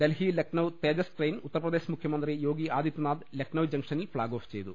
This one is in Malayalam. ഡൽഹി ലക്നൌ തേജസ് ട്രെയിൻ ഉത്തർപ്രദേശ് മുഖ്യ മന്ത്രി യോഗി ആദിത്യനാഥ് ലക്നൌ ജംഗ്ഷനിൽ ഫ്ളാഗ് ഓഫ് ചെയ്തു